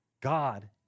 God